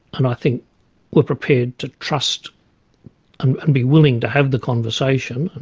and i think were prepared to trust and and be willing to have the conversation. and